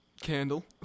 candle